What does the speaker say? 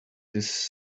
this